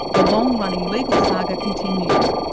the long-running legal saga continues.